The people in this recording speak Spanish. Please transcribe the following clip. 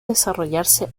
desarrollarse